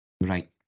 Right